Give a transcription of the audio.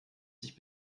sich